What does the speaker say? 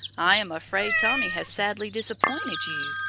i am afraid tommy has sadly disappointed you.